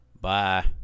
Bye